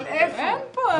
אין פה.